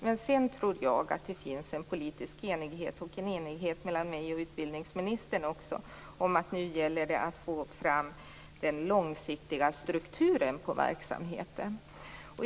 Men jag tror att det finns en politisk enighet och en enighet mellan mig och utbildningsministern om att det gäller att få fram den långsiktiga strukturen på verksamheten.